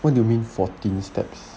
what do you mean fourteen steps